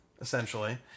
essentially